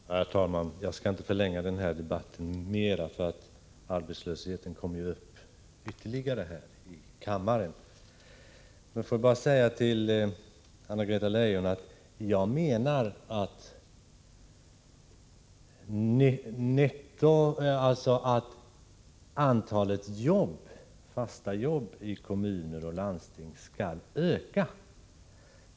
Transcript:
Herr talman! Jag skall inte förlänga debatten särskilt mycket, för arbetslösheten kommer ju upp ytterligare här i kammaren. Får jag bara säga till Anna-Greta Leijon att jag menar att antalet fasta jobb i kommuner och landsting skall öka.